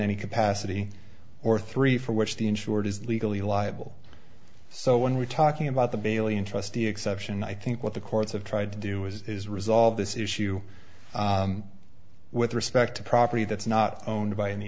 any capacity or three for which the insured is legally liable so when we're talking about the balian trustee exception i think what the courts have tried to do is resolve this issue with respect to property that's not owned by an